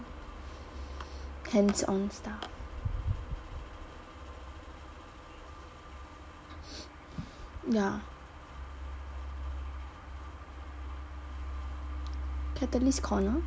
hands-on stuff ya catalyst corner